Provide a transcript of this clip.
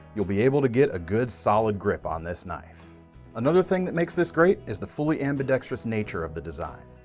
you'll be able to get a good solid grip on this knife another thing that makes this great is the fully ambidextrous nature of the design.